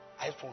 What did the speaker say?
iPhone